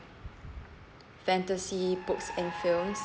fantasy books and films